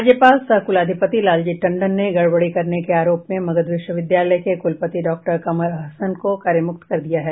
राज्यपाल सह कुलाधिपति लालजी टंडन ने गड़बड़ी करने के आरोप में मगध विश्वविद्यालय के कुलपति डॉक्टर कमर अहसन को कार्यमुक्त कर दिया है